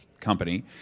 company